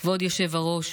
כבוד היושב-ראש,